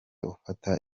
ufata